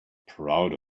proud